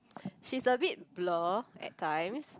she's a bit blur at times